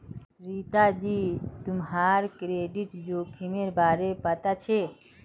रीता जी, तुम्हाक क्रेडिट जोखिमेर बारे पता छे?